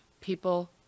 People